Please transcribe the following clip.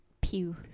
Pew